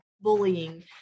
bullying